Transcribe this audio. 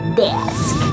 desk